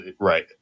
right